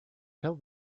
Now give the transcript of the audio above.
tell